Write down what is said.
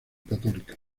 católica